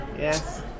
Yes